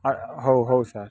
ହଉ ହଉ ସାର୍